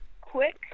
quick